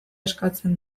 eskatzen